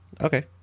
Okay